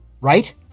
Right